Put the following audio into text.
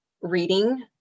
reading